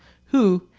who,